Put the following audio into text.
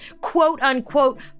quote-unquote